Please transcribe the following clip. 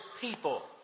people